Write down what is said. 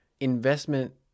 investment